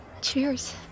Cheers